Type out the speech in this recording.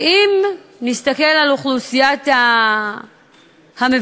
כי אם נסתכל על אוכלוסיית המבוגרים,